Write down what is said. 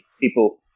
people